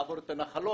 לעבור את הנחלים,